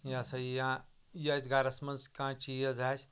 یہِ ہَسا یہِ یا یہِ اَسہِ گَرَس منٛز کانٛہہ چیٖز آسہِ